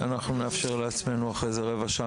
אחרי זה אנחנו נאפשר לעצמנו רבע שעה